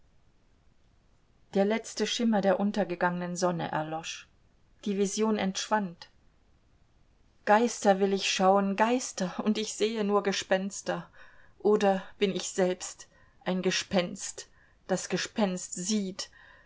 der letzte schimmer der untergegangenen sonne erlosch die vision entschwand geister will ich schauen geister und ich sehe nur gespenster oder bin ich selbst ein gespenst das gespenster sieht